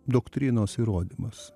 doktrinos įrodymas